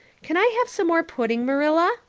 can i have some more pudding, marilla?